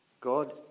God